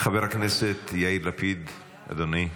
חבר הכנסת יאיר לפיד, אדוני.